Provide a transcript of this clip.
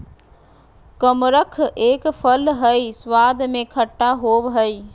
कमरख एक फल हई स्वाद में खट्टा होव हई